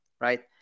right